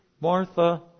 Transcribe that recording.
Martha